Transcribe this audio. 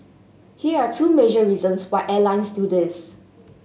here are two major reasons why airlines do this